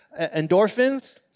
endorphins